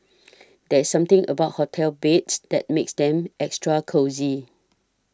there's something about hotel beds that makes them extra cosy